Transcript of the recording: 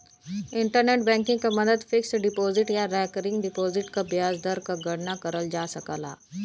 internet banking क मदद fixed deposit या रेकरिंग डिपाजिट क ब्याज दर क गणना करल जा सकल जाला